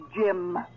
Jim